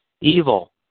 evil